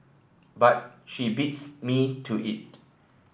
but she beats me to it